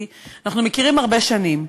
כי אנחנו מכירים הרבה שנים,